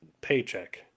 paycheck